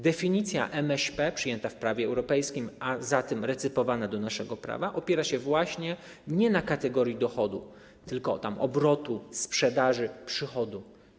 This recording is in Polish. Definicja MŚP, przyjęta w prawie europejskim, a zatem recypowana do naszego prawa, opiera się właśnie na kategorii nie dochodu, tylko obrotu, sprzedaży, przychodu.